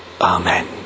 Amen